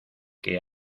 que